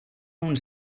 uns